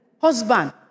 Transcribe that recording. Husband